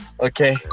Okay